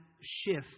shift